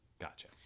Gotcha